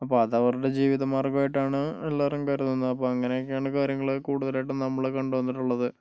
അപ്പോൾ അതവരുടെ ജീവിതമാർഗ്ഗമായിട്ടാണ് എല്ലാവരും കരുതുന്നത് അപ്പോൾ അങ്ങനെയൊക്കെയാണ് കാര്യങ്ങള് കൂടുതലായിട്ടും നമ്മള് കണ്ടു വന്നിട്ടുള്ളത്